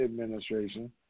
administration